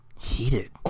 Heated